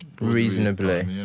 Reasonably